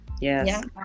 Yes